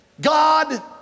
God